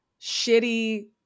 shitty